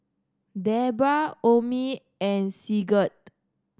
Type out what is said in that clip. Debra Omie and Sigurd